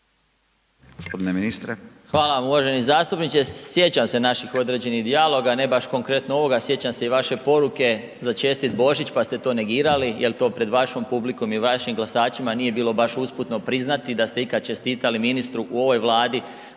Hvala vam. Uvaženi zastupniče, sjećam se naših određenih dijaloga, ne baš konkretno ovoga, sjećam se i vaše poruke za čestit Božić pa ste to negirali, jel to pred vašom publikom i vašim glasačima nije bilo baš usputno priznati da ste ikada čestitali ministru u ovoj Vladi